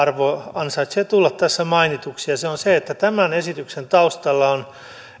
ansaitsee tulla tässä mainituksi se on se että tämän esityksen taustalla on